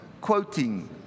quoting